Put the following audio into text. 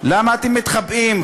למה אתם מתחבאים?